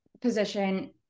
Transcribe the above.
position